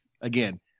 again